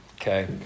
Okay